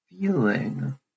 Feeling